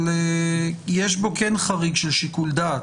יש בו חריג של שיקול דעת.